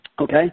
okay